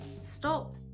stop